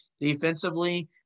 Defensively